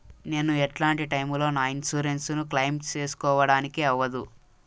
నేను ఎట్లాంటి టైములో నా ఇన్సూరెన్సు ను క్లెయిమ్ సేసుకోవడానికి అవ్వదు?